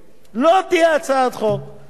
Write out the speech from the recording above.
וחברי, וחברי לא במירכאות,